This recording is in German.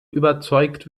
überzeugt